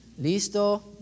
Listo